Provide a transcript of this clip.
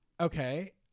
okay